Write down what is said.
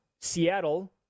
Seattle